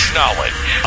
knowledge